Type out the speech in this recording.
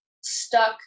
stuck